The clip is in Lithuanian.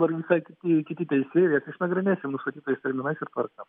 dabar visai kiti kiti teisėjai ir jas išnagrinėsim nustatytais terminais ir tvarka